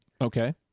Okay